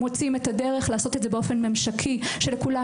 מוצאים את הדרך לעשות את זה ממשקי כך שלכולן